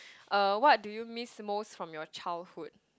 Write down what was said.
uh what do you miss most from your childhood